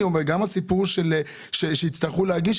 גם לגבי הסיפור שהם יצטרכו להגיש,